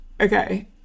okay